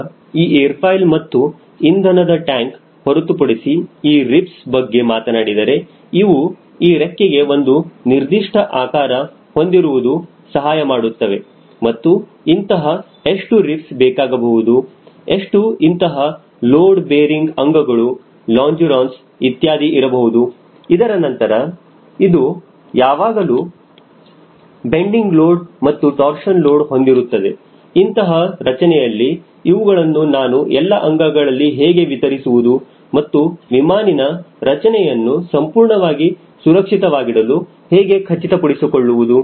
ಈಗ ಈ airfoil ಮತ್ತು ಇಂಧನ ಟ್ಯಾಂಕ್ ಹೊರತುಪಡಿಸಿ ಈ ರಿಪ್ಸ್ ಬಗ್ಗೆ ಮಾತನಾಡಿದರೆ ಇವು ಈ ರೆಕ್ಕೆಗೆ ಒಂದು ನಿರ್ದಿಷ್ಟ ಆಕಾರ ಹೊಂದಿರುವುದು ಸಹಾಯಮಾಡುತ್ತವೆ ಮತ್ತು ಇಂತಹ ಎಷ್ಟು ರಿಪ್ಸ್ ಬೇಕಾಗಬಹುದು ಎಷ್ಟು ಇಂತಹ ಲೋಡ್ ಬೇರಿಂಗ್ ಅಂಗಗಳು ಲಾಂಜೀರೊನ್ ಇತ್ಯಾದಿ ಇರಬಹುದು ಇದರ ನಂತರ ಇದು ಯಾವಾಗಲೂ ಬೆಂಡಿಂಗ್ ಲೋಡ್ ಮತ್ತು ಟೊರ್ಶನ್ ಲೋಡ್ ಹೊಂದಿರುತ್ತದೆ ಇಂತಹ ರಚನೆಯಲ್ಲಿಇವುಗಳನ್ನು ನಾನು ಎಲ್ಲ ಅಂಗಗಳಲ್ಲಿ ಹೇಗೆ ವಿತರಿಸುವುದು ಮತ್ತು ವಿಮಾನನ್ ರಚನೆಯನ್ನು ಸಂಪೂರ್ಣವಾಗಿ ಸುರಕ್ಷಿತವಾಗಿಡಲು ಹೇಗೆ ಖಚಿತಪಡಿಸಿಕೊಳ್ಳುವುದು